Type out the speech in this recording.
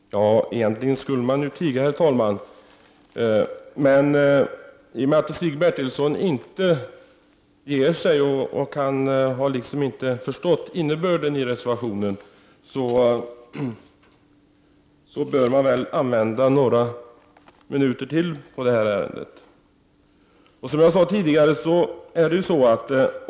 Herr talman! Egentligen skulle jag tiga. Men i och med att Stig Bertilsson inte ger sig och inte har förstått innebörden i reservationen bör ytterligare några minuter ägnas åt detta ärende.